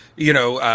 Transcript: you know,